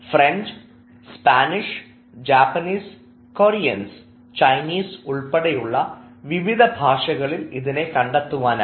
French Spanish Japanese Koreans Chinese ഉൾപ്പെടെയുള്ള വിവിധ ഭാഷകളിൽ ഇതിനെ കണ്ടെത്താനാകും